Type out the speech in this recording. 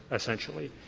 essentially.